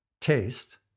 taste